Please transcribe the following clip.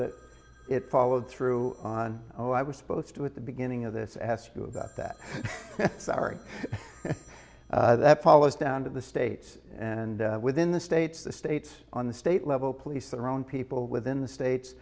that it followed through on oh i was supposed to at the beginning of this ask you about that sorry that follows down to the states and within the states the states on the state level police their own people within the states